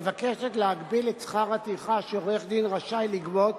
מבקשת להגביל את שכר הטרחה שעורך-דין רשאי לגבות